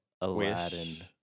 Aladdin